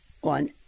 one